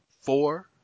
four